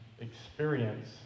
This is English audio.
experience